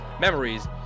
memories